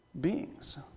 beings